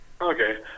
Okay